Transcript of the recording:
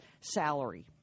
salary